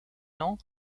lent